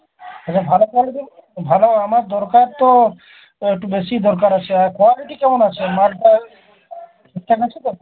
এটা ভালো কোয়ালিটির ভালো আমার দরকার তো একটু বেশিই দরকার আছে আর কোয়ালিটি কেমন আছে মালটার ঠিকঠাক আছে তো